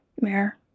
mayor